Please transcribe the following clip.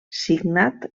signat